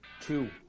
two